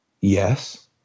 yes